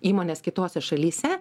įmones kitose šalyse